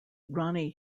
ronnie